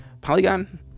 Polygon